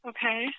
Okay